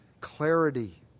clarity